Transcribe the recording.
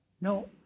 No